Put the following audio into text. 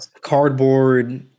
cardboard